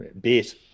bit